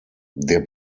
der